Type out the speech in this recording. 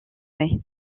mai